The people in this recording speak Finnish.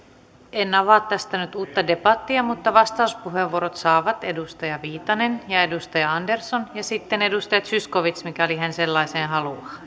en avaa tästä nyt uutta debattia mutta vastauspuheenvuorot saavat edustaja viitanen ja edustaja andersson ja sitten edustaja zyskowicz mikäli hän sellaisen haluaa